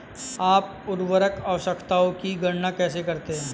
आप उर्वरक आवश्यकताओं की गणना कैसे करते हैं?